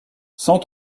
cent